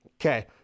okay